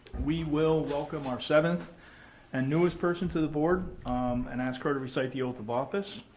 we will welcome our seventh and newest person to the board and ask her to recite the oath of office.